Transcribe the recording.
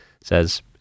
says